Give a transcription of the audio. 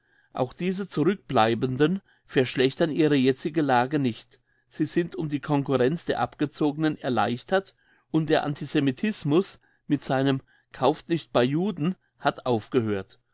auch diese zurückbleibenden verschlechtern ihre jetzige lage nicht sie sind um die concurrenz der abgezogenen erleichtert und der antisemitismus mit seinem kauft nicht bei juden hat aufgehört